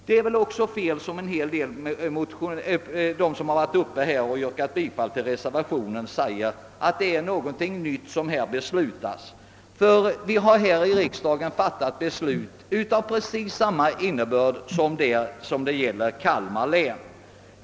Det är också felaktigt att det som nu skall beslutas skulle vara något nytt, såsom hävdats av dem som yrkat bifall till reservationen. Vi har nämligen i denna kammare tidigare fattat beslut av precis samma innebörd som det som nu gäller Kalmar län.